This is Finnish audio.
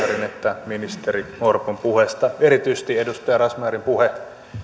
että ministeri orpon puheesta erityisesti edustaja raz myarin puhe